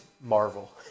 Marvel